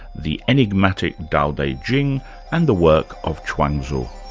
the enigmatic dao de ching and the work of chuang tzu.